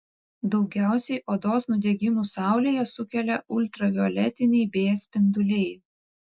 daugiausiai odos nudegimų saulėje sukelia ultravioletiniai b spinduliai